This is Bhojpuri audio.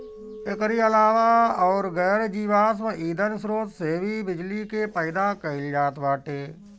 एकरी अलावा अउर गैर जीवाश्म ईधन स्रोत से भी बिजली के पैदा कईल जात बाटे